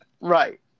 Right